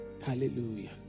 Hallelujah